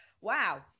Wow